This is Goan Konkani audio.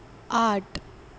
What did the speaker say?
आठ